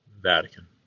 Vatican